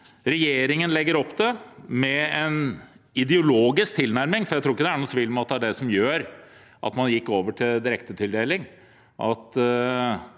Regjeringen legger opp til en ideologisk tilnærming. Jeg tror ikke det er noen tvil om at det som gjorde at man gikk over til direktetildeling,